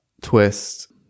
twist